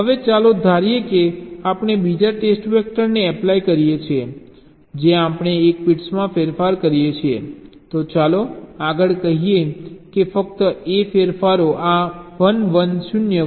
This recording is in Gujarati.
હવે ચાલો ધારીએ કે આપણે બીજા ટેસ્ટ વેક્ટરને એપ્લાય કરીએ છીએ જ્યાં આપણે એક બિટ્સમાં ફેરફાર કરીએ છીએ તો ચાલો આગળ કહીએ કે ફક્ત A ફેરફારો આ 1 1 0 1 0 છે